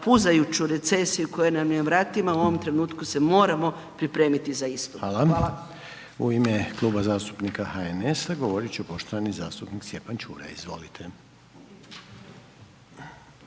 puzajuću recesiju koja nam je na vratima, u ovom trenutku se moramo pripremiti za istu. **Reiner, Željko (HDZ)** Hvala. U ime Kluba zastupnika HNS-a govorit će poštovani zastupnik Stjepan Čuraj. Izvolite.